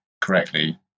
correctly